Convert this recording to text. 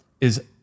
is-